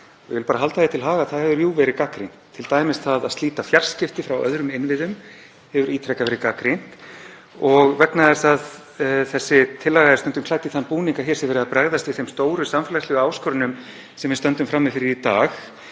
Ég vil bara halda því til haga að það hefur jú verið gagnrýnt, t.d. hefur það að slíta fjarskipti frá öðrum innviðum ítrekað verið gagnrýnt. Þessi tillaga er stundum klædd í þann búning að hér sé verið að bregðast við þeim stóru samfélagslegu áskorunum sem við stöndum frammi fyrir í dag,